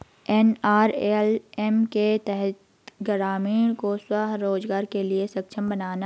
NRLM के तहत ग्रामीणों को स्व रोजगार के लिए सक्षम बनाना है